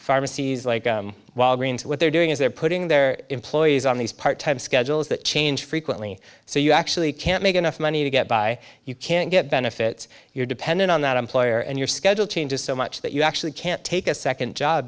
pharmacies like while greens what they're doing is they're putting their employees on these part time schedules that change frequently so you actually can't make enough money to get by you can't get benefits you're dependent on that employer and your schedule changes so much that you actually can't take a second job